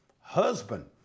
husband